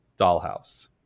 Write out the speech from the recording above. Dollhouse